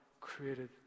created